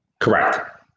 Correct